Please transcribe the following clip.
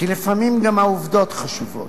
כי לפעמים גם העובדות חשובות.